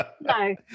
No